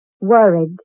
Worried